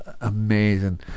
amazing